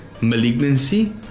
malignancy